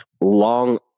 long